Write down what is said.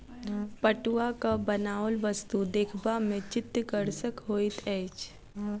पटुआक बनाओल वस्तु देखबा मे चित्तकर्षक होइत अछि